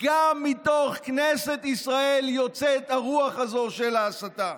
גם מתוך כנסת ישראל יוצאת הרוח הזאת של ההסתה.